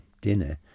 dinner